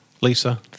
Lisa